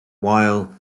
while